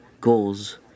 goals